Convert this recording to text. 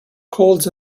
colds